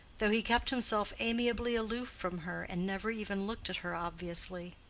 though he kept himself amiably aloof from her, and never even looked at her obviously.